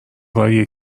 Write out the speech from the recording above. راهیه